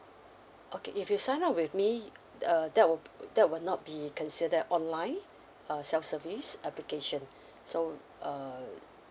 okay if you sign up with me uh that will that will not be consider online uh self service application so uh